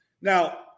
Now